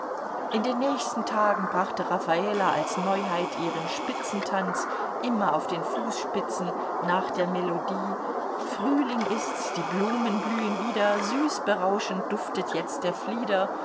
in den nächsten tagen brachte raffala als neuheit ihren spitzentanz immer auf den fußspitzen nach der melodie frühling ist's die blumen blühen wieder süß berauschend duftet jetzt der flieder